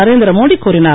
நரேந்திர மோடி கூறினார்